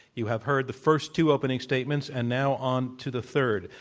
you have heard the first two opening statements, and now onto the third,